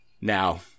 Now